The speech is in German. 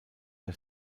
der